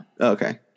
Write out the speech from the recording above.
Okay